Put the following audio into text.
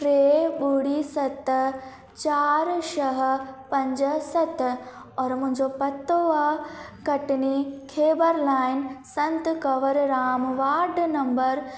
टे ॿुड़ी सत चारि छह पंज सत और मुंहिंजो पतो आहे कटनी खेबर line Sant Kanwar Ram ward number